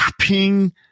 ping